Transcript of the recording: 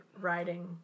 writing